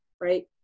right